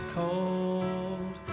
cold